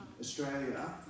Australia